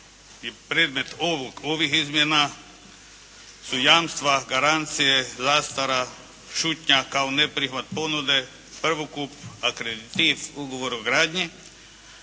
je predmet ovih izmjena su jamstva, garancije, zastara, šutnja kao neprihvat ponude, prvokup, akreditiv, ugovor o gradnji.